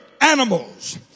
animals